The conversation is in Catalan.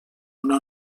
una